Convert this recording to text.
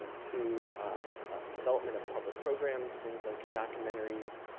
to development of public programs, things like your documentaries,